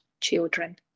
children